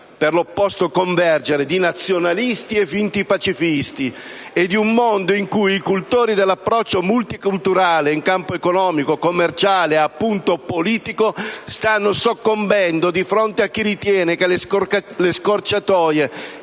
per l'opposto convergere di nazionalisti e finti pacifisti e di un mondo in cui i cultori dell'approccio multiculturale in campo economico, commerciale e, appunto, politico stanno soccombendo di fronte a chi ritiene che le scorciatoie